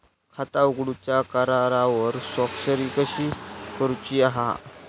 खाता उघडूच्या करारावर स्वाक्षरी कशी करूची हा?